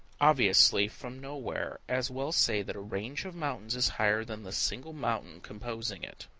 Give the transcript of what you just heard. obviously from nowhere as well say that a range of mountains is higher than the single mountains composing it.